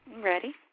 Ready